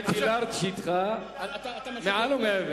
אני חושב שהייתי לארג' אתך מעל ומעבר,